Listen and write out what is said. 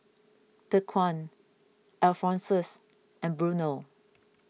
Dequan Alphonsus and Bruno